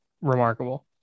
remarkable